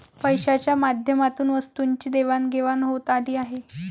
पैशाच्या माध्यमातून वस्तूंची देवाणघेवाण होत आली आहे